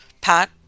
Pat